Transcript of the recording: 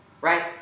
right